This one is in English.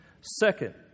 Second